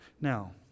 Now